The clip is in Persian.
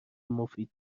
مفید